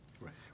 Right